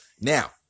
Now